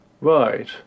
Right